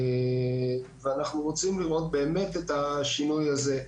אנחנו רוצים לראות באמת את השינוי הזה.